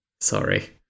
sorry